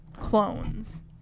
clones